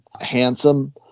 handsome